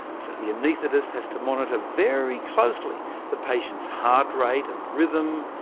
so the anaesthetist has to monitor very closely the patient's heart rate and rhythm,